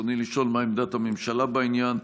רצוני לשאול: 1. מה עמדת הממשלה בעניין?